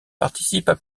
participent